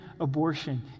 abortion